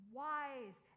wise